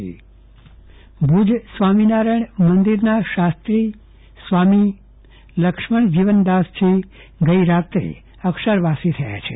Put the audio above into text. ચંદ્રવદન પટ્ટણી અક્ષરવાસ ભુજ સ્વામિનારાયણ મંદિરના શાસ્ત્રી સ્વામી લક્ષ્મણ જીવનદાસનું ગઈરાત્રે અક્ષરવાસી થયા છે